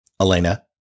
Elena